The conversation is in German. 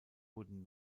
wurden